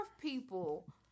people